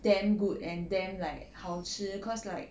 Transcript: damn good and damn like 好吃 cause like